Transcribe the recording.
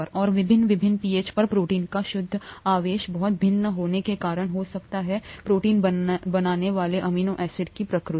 और विभिन्न विभिन्न pH पर प्रोटीन का शुद्ध आवेश बहुत भिन्न होने के कारण हो सकता है प्रोटीन बनाने वाले अमीनो एसिड की प्रकृति